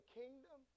kingdom